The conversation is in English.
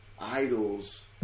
idols